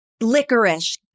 licorice